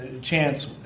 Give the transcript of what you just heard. Chance